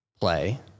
play